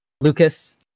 Lucas